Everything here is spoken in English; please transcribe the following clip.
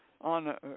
On